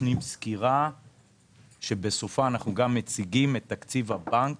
ונותנים סקירה שבסופה אנחנו גם מציגים את תקציב הבנק